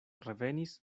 revenis